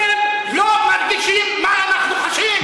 אתם לא מרגישים מה אנחנו חשים.